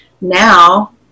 now